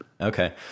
Okay